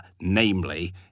namely